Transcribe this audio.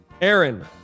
Aaron